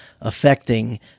affecting